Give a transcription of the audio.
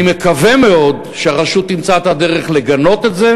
אני מקווה מאוד שהרשות תמצא את הדרך לגנות את זה.